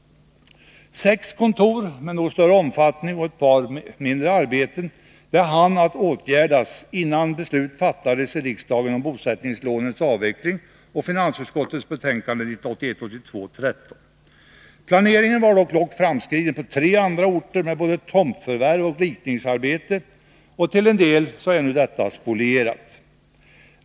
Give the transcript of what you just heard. Sex kontor av större omfattning och ett par mindre arbeten hann åtgärdas innan beslut fattades i riksdagen om bosättningslånens avveckling eller med anledning av finansutskottets betänkande 1981/82:13. Planeringen var dock långt framskriden på tre andra orter, med både tomtförvärv och ritningsarbete. Till en del är nu detta spolierat.